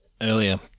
earlier